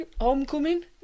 Homecoming